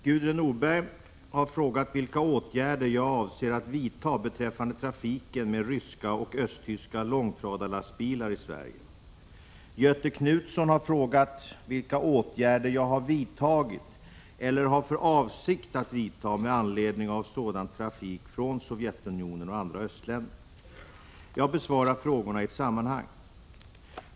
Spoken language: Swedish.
Herr talman! Gudrun Norberg har frågat vilka åtgärder jag avser att vidta beträffande trafiken med ryska och östtyska långtradarlastbilar i Sverige. Göthe Knutson har frågat vilka åtgärder jag har vidtagit eller har för avsikt att vidta med anledning av sådan trafik från Sovjetunionen och andra östländer. Jag besvarar frågorna i ett sammanhang.